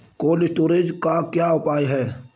Cold storage का क्या उपयोग है?